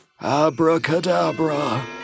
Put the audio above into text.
Abracadabra